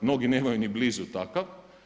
Mnogi nemaju ni blizu takav.